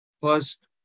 First